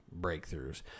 breakthroughs